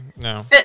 No